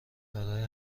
برای